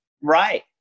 Right